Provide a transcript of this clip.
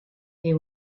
they